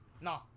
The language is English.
No